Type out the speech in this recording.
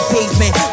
Pavement